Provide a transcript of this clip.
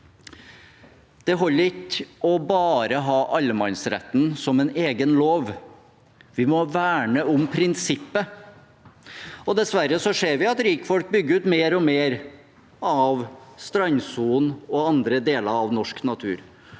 Det holder ikke bare å ha allemannsretten som en egen lov. Vi må verne om prinsippet. Dessverre ser vi at rikfolk bygger ut mer og mer av strandsonen og andre deler av norsk natur